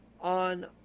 On